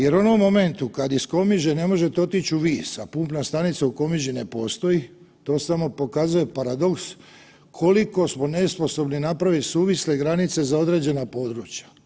Jer u onom momentu kad iz Komiže ne možete otići u Vis, a pumpna stanica u Komiži ne postoji to samo pokazuje paradoks koliko smo nesposobni napraviti suvisle granice za određena područja.